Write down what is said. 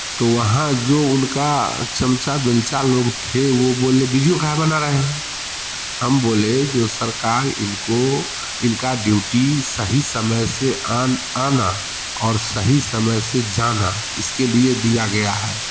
तो वहाँ जो उनका चमचा वमचा लोग थे वो बोले वीजियो काहे बना रहा है हम बोले जो सरकार इनको इनका ड्यूटी सही समय से आन आना और सही समय से जाना इसके लिए दिया गया है